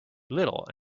little